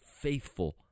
faithful